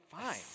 Fine